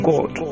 God